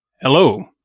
Hello